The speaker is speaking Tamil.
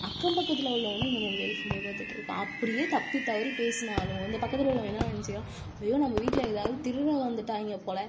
அக்கம் பக்கத்தில் உள்ளவனும் இந்த மொபைல் ஃபோனையே பார்த்துட்ருக்கான் அப்படியே தப்பி தவறி பேசுனாலும் இந்த பக்கத்தில் உள்ளவன் என்ன நினச்சிக்கிறான் ஐயோ நம்ம வீட்டில் ஏதாவது திருடன் வந்துட்டாய்ங்க போல்